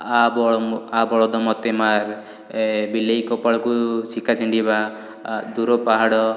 ଆ ବଳ ଆ ବଳଦ ମୋତେ ମାର ବିଲେଇ କପାଳକୁ ଶିକା ଛିଣ୍ଡିବା ଆଉ ଦୂର ପାହାଡ଼